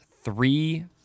three